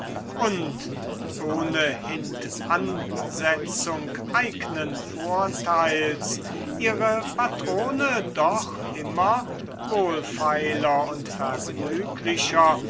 und ohne hintansetzung eignen vorteils ihre patrone doch immer wohlfeiler und vergnüglicher